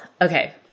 Okay